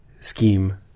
scheme